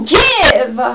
give